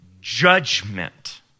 judgment